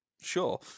sure